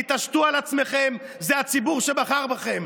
תתעשתו על עצמכם, זה הציבור שבחר בכם.